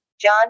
John